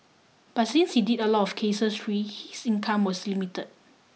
but since he did a lot of cases free his income was limited